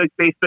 Facebook